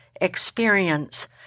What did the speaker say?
experience